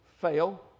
Fail